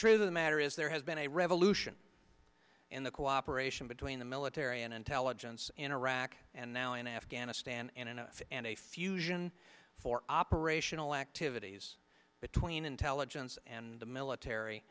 truth of the matter is there has been a revolution in the cooperation between the military and intelligence in iraq and now in afghanistan and in a fit and a fusion for operational activities between intelligence and the military